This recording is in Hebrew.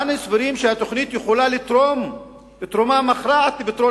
אנו סבורים שהתוכנית יכולה לתרום תרומה מכרעת לפתרון